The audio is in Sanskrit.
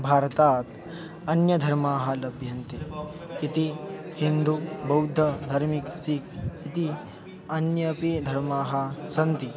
भारतात् अन्यधर्माः लभ्यन्ते इति हिन्दुः बौद्धः धार्मिकः सीकः इति अन्यपि धर्माः सन्ति